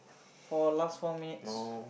for last four minutes